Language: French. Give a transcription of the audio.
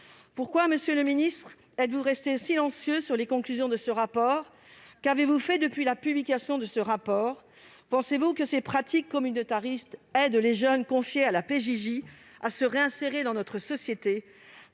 Pourquoi êtes-vous resté silencieux sur les conclusions de ce rapport ? Qu'avez-vous fait depuis sa publication ? Pensez-vous que ces pratiques communautaristes aident les jeunes confiés à la PJJ à se réinsérer dans notre société ?